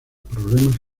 problemas